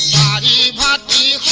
da da da